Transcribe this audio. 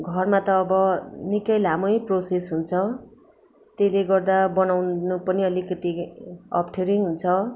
घरमा त अब निकै लामै प्रोसेस हुन्छ त्यसले गर्दा बनाउनु पनि अलिकति अप्ठ्यारै हुन्छ